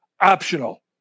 optional